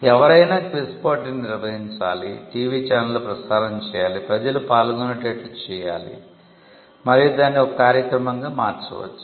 ఎవరైనా క్విజ్ పోటీని నిర్వహించాలి టీవీ ఛానెళ్లలో ప్రసారం చేయాలి ప్రజలు పాల్గొనేటట్లు చేయాలి మరియు దానిని ఒక కార్యక్రమంగా మార్చవచ్చు